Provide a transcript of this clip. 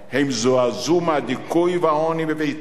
הם זועזעו מהדיכוי והעוני בביתם